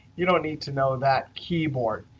you don't need to know that keyboard.